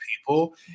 people